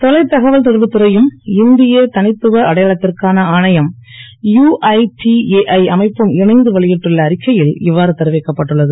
தொலைதகவல் தொடர்பு துறையும் இந்தய த த்துவ அடையாளத் ற்கான ஆணையம் யுஐடிஏஐ அமைப்பும் இணைந்து வெளி ட்டுள்ள அறிக்கை ல் இது தெரிவிக்கப்பட்டுள்ளது